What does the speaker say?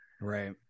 Right